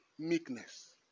meekness